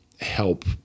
help